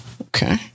Okay